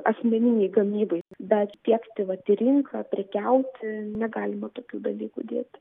asmeninei gamybai bet tiekti vat į rinką prekiauti negalima tokių dalykų dėt